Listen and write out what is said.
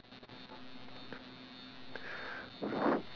but then there's a picture I think it's meant to be points for the photo